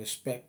respec.